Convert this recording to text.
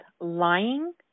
lying